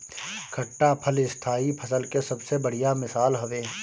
खट्टा फल स्थाई फसल के सबसे बढ़िया मिसाल हवे